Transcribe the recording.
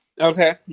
Okay